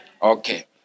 okay